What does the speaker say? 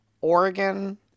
Oregon